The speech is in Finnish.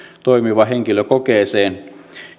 toimiva henkilö kokeeseen